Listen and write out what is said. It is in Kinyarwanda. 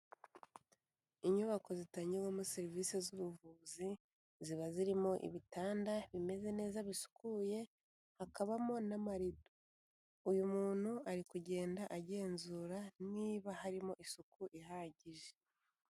Inyubako zitangirwamo serivisi z'ubuvuzi ziba zirimo ibitanda bimeze neza bisukuye, hakabamo n'amarido, uyu muntu ari kugenda agenzura niba harimo isuku ihagije.